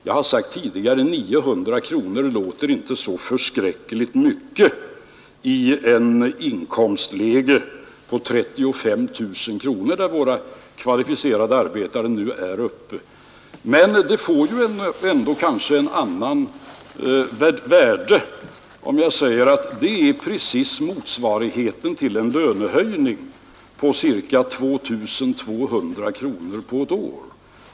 Jag har sagt tidigare att 900 kronor låter inte så förskräckligt mycket för ett inkomstläge på 35 000 kronor — som våra kvalificerade arbetare nu är uppe i — men det får kanske ändå ett annat värde om jag säger att det är precis motsvarigheten till en lönehöjning på ca 2 200 kronor på ett år.